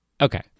Okay